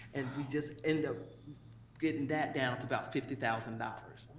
and we just end up getting that down to about fifty thousand dollars.